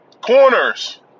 Corners